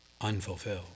Unfulfilled